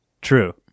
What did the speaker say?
True